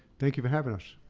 thank you for having us,